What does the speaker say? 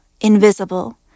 invisible